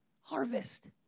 Harvest